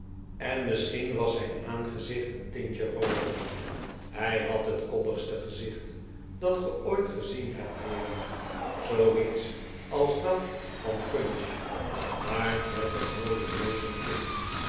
zijn en misschien was zijn aangezicht een tintje rooder hij had het koddigste gezicht dat ge ooit gezien hebt heeren zooiets als dat van punch maar met een mooier neus en kin